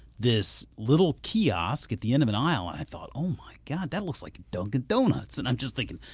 this little kiosk at the end of the and aisle. and i thought, oh my god, that looks like a dunkin' donuts! and i'm just thinking,